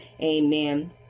Amen